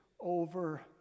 over